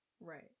Right